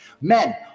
Men